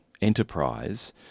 enterprise